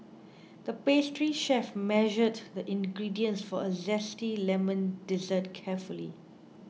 the pastry chef measured the ingredients for a Zesty Lemon Dessert carefully